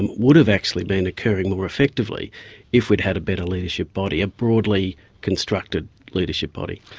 and would have actually been occurring more effectively if we'd had a better leadership body, a broadly constructed leadership body.